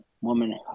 woman